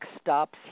stops